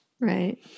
Right